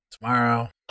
tomorrow